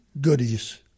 goodies